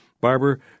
barber